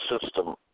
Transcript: system